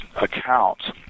accounts